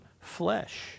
flesh